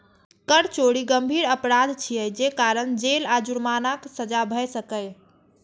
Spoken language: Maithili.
कर चोरी गंभीर अपराध छियै, जे कारण जेल आ जुर्मानाक सजा भए सकैए